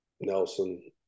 Nelson